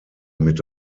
mit